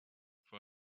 for